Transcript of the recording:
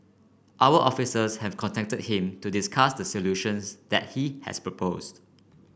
our officers have contacted him to discuss the solutions that he has proposed